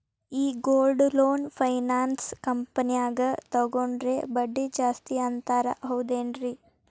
ಈ gold loan finance ಕಂಪನ್ಯಾಗ ತಗೊಂಡ್ರೆ ಬಡ್ಡಿ ಜಾಸ್ತಿ ಅಂತಾರ ಹೌದೇನ್ರಿ?